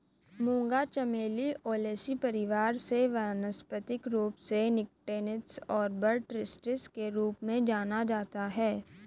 मूंगा चमेली ओलेसी परिवार से वानस्पतिक रूप से निक्टेन्थिस आर्बर ट्रिस्टिस के रूप में जाना जाता है